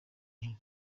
inyuma